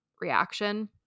reaction